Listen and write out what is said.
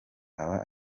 aba